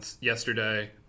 yesterday